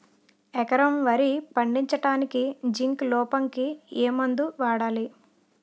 ఎకరం వరి పండించటానికి జింక్ లోపంకి ఏ మందు వాడాలి?